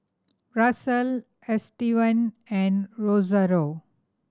Russel Estevan and Rosario